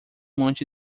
monte